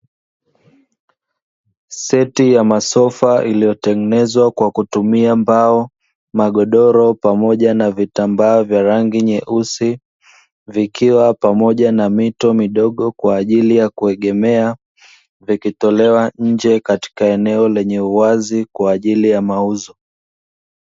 Seti ya masofa iliyotengenezwa kwa kutumia mbao, magodoro pamoja na vitambaa vya rangi nyeusi, vikiwa pamoja na mito midogo kwa ajili ya kuegemea, vikitolewa nje katika eneo lenye uwazi kwa ajili ya mauzo.